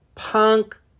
Punk